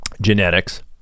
genetics